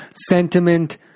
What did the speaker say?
sentiment